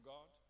God